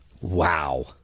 Wow